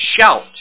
Shout